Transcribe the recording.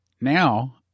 Now